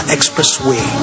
Expressway